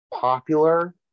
popular